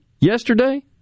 yesterday